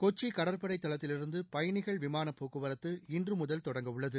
கொக்சி கடற்படை தளத்திலிருந்து பயணிகள் விமான போக்குவரத்து இன்று முதல் தொடங்கவுள்ளது